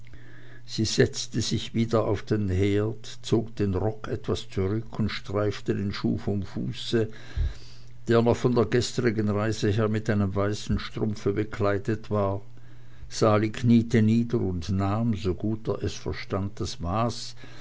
sie setzte sich wieder auf den herd zog den rock etwas zurück und streifte den schuh vom fuße der noch von der gestrigen reise her mit einem weißen strumpfe bekleidet war sali kniete nieder und nahm so gut er es verstand das maß